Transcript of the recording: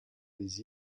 les